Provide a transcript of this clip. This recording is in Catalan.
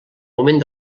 moment